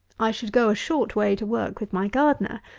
i should go a short way to work with my gardener.